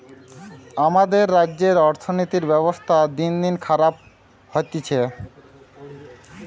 আমাদের রাজ্যের অর্থনীতির ব্যবস্থা দিনদিন খারাপ হতিছে